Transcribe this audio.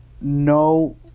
no